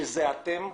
שהוא אתם...